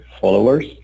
followers